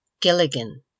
Gilligan